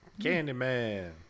Candyman